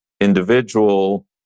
individual